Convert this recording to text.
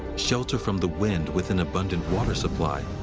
sheltered from the wind, with an abundant water supply,